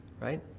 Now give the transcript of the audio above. right